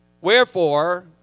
Wherefore